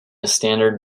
standard